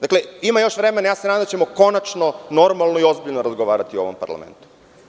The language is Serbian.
Dakle, ima još vremena i ja se nadam da ćemo konačno normalno i ozbiljno razgovarati u ovom parlamentu.